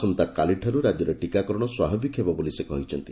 ଆସନ୍ତାକାଲିଠାରୁ ରାଜ୍ୟରେ ଟିକାକରଣ ସ୍ୱାଭାବିକ ହେବ ବୋଲି ସେ କହିଛନ୍ତି